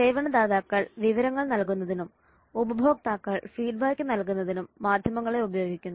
സേവനദാതാക്കൾ വിവരങ്ങൾ നൽകുന്നതിനും ഉപഭോക്താക്കൾ ഫീഡ്ബാക്ക് നൽകുന്നതിനും മാധ്യമങ്ങളെ ഉപയോഗിക്കുന്നു